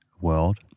world